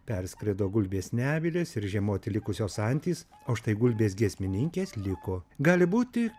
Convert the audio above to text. perskrido gulbės nebylės ir žiemoti likusios antys o štai gulbės giesmininkės liko gali būti